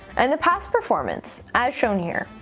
and the past performance, as shown here.